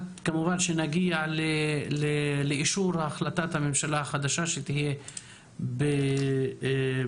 כמובן שנגיע לאישור החלטת הממשלה החדשה שתהיה בקרוב.